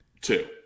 Two